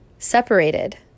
separated